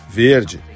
verde